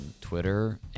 Twitter